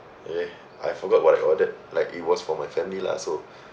okay I forgot what I ordered like it was for my family lah so